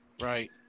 right